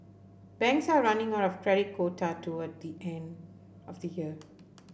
banks are running out of credit quota toward the end of the year